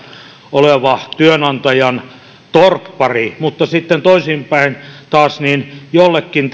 oleva työnantajan torppari mutta sitten toisin päin taas jollekin